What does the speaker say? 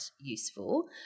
useful